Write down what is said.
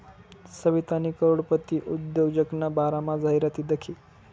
सवितानी करोडपती उद्योजकना बारामा जाहिरात दखी